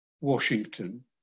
Washington